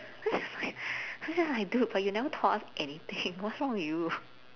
yeah that's why I was just like dude but you never taught us anything what's wrong with you